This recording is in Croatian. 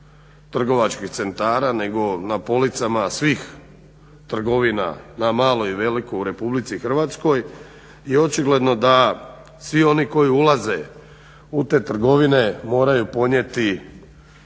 trgovačkih centara nego na policama svih trgovina na malo i veliko u RH. I očigledno da svi oni koji ulaze u te trgovine moraju ponijeti